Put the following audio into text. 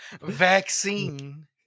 vaccine